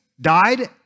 died